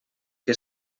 que